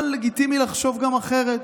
אבל לגיטימי לחשוב גם אחרת